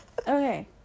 Okay